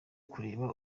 kureba